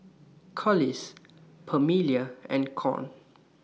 Collis Pamelia and Con